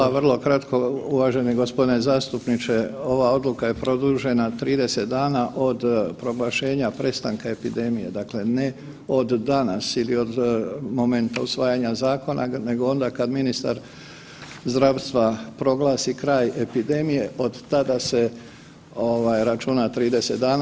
Evo hvala, vrlo kratko uvaženi gospodine zastupniče, ova odluka je produžena 30 dana od proglašenja prestanka epidemije, dakle ne od danas ili od momenta usvajanja zakona nego onda kad ministar zdravstva proglasi kraj epidemije od tada se ovaj računa 30 dana.